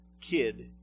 kid